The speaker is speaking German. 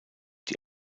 die